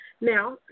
Now